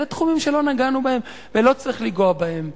אלה תחומים שלא נגענו בהם ולא צריך לגעת בהם.